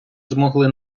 змогли